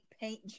paint